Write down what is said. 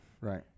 Right